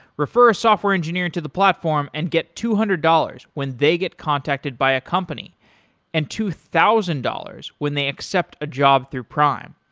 refer a software engineer to the platform and get two hundred dollars when they get contacted by a company and two thousand dollars when they accept a job through prime.